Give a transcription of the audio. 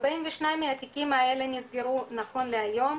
42 תיקים האלה נסגרו נכון להיום,